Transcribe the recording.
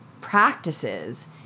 practices